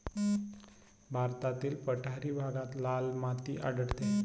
भारतातील पठारी भागात लाल माती आढळते